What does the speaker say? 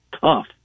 tough